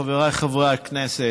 חבריי חברי הכנסת,